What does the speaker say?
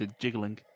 jiggling